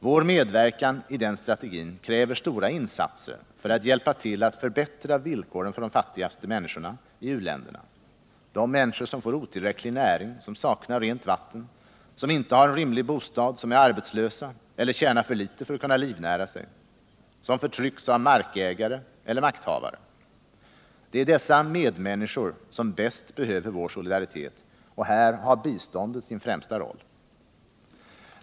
Vår medverkan i den strategin kräver stora insatser för att hjälpa till att förbättra villkoren för de fattigaste människorna i u-länderna — de människor som får otillräcklig näring, som saknar rent vatten, som inte har en rimlig bostad, som är arbetslösa eller tjänar för litet för att kunna livnära sig, som förtrycks av markägare eller makthavare. Det är dessa människor som bäst behöver vår solidaritet, och här har biståndet sin främsta roll.